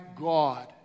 God